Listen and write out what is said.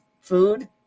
food